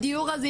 הדיור הזה,